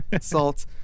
salt